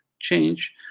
change